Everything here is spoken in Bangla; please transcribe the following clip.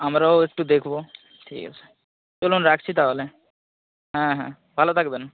আমরাও একটু দেখব ঠিক আছে চলুন রাখছি তাহলে হ্যাঁ হ্যাঁ ভালো থাকবেন